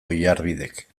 oiarbidek